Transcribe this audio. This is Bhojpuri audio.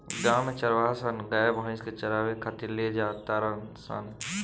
गांव में चारवाहा सन गाय भइस के चारावे खातिर ले जा तारण सन